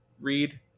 read